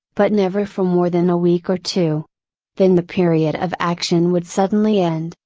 but never for more than a week or two. then the period of action would suddenly end,